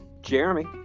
Jeremy